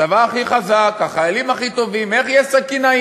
הצבא הכי חזק, החיילים הכי טובים, איך יש סכינאים?